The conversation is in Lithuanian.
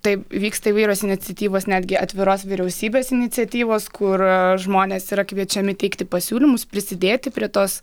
taip vyksta įvairios iniciatyvos netgi atviros vyriausybės iniciatyvos kur žmonės yra kviečiami teikti pasiūlymus prisidėti prie tos